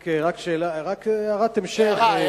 רק הערת המשך.